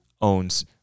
owns